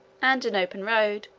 and an open road,